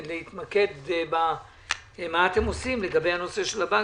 להתמקד במה שאתם עושים לגבי הנושא של הבנקים,